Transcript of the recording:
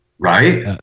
Right